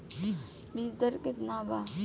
बीज दर केतना वा?